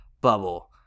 bubble